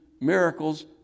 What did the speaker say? miracles